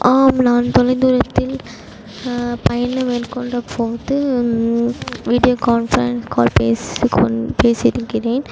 ஆம் நான் தொலைதூரத்தில் பயணம் மேற்கொண்டபோது வீடியோ கான்ஃபரன்ஸ் கால் பேசி கொண் பேசியிருக்கிறேன்